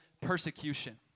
persecution